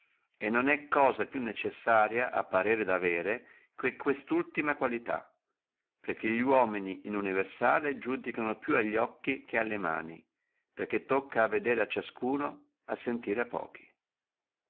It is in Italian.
e non è cosa più necessaria a parere di avere che questa ultima qualità e li uomini in universali iudicano più alli occhi che alle mani perché tocca a vedere a ognuno a sentire a pochi